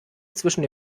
zwischen